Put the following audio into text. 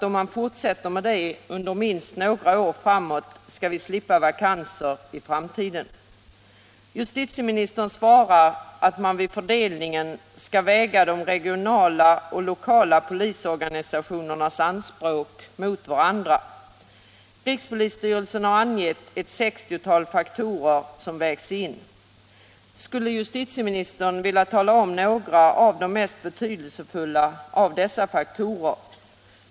Om man fortsätter med det under minst några år framåt skall vi, hoppas jag, slippa vakanser i framtiden. Justitieministern svarar att man vid fördelningen skall väga de regionala och de lokala polisorganisationernas anspråk mot varandra. Riks-' polisstyrelsen har angett ett sextiotal faktorer som man skall ta hänsyn till. Skulle justitieministern vilja ange några av de mest betydelsefulla av dessa faktorer?